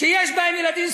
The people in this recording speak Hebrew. שיש בהם ילדים ספרדים,